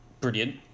brilliant